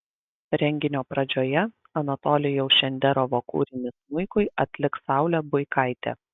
renginio pradžioje anatolijaus šenderovo kūrinį smuikui atliks saulė buikaitė